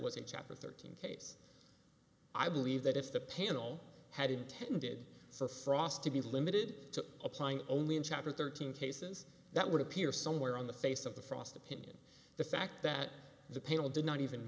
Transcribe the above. chapter thirteen case i believe that if the panel had intended for frost to be limited to applying only in chapter thirteen cases that would appear somewhere on the face of the frost opinion the fact that the panel did not even